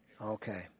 Okay